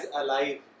alive